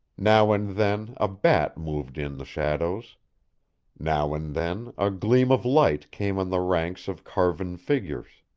now and then a bat moved in the shadows now and then a gleam of light came on the ranks of carven figures.